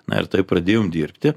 na ir taip pradėjom dirbti